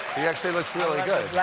he actually looks really good.